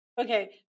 Okay